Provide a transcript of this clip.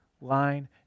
line